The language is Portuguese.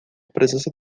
presença